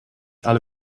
alle